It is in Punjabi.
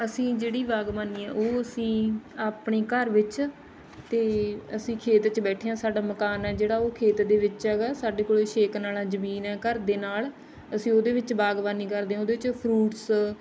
ਅਸੀਂ ਜਿਹੜੀ ਬਾਗਬਾਨੀ ਹਾਂ ਉਹ ਅਸੀਂ ਆਪਣੇ ਘਰ ਵਿੱਚ ਅਤੇ ਅਸੀਂ ਖੇਤ 'ਚ ਬੈਠੇ ਹਾਂ ਸਾਡਾ ਮਕਾਨ ਹੈ ਜਿਹੜਾ ਉਹ ਖੇਤ ਦੇ ਵਿੱਚ ਹੈਗਾ ਸਾਡੇ ਕੋਲ ਛੇ ਕਨਾਲਾਂ ਜ਼ਮੀਨ ਹੈ ਘਰ ਦੇ ਨਾਲ ਅਸੀਂ ਉਹਦੇ ਵਿੱਚ ਬਾਗਬਾਨੀ ਕਰਦੇ ਉਹਦੇ 'ਚ ਫਰੂਟਸ